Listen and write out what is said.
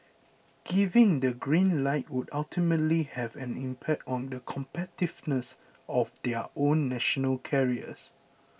giving the green light would ultimately have an impact on the competitiveness of their own national carriers